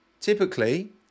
Typically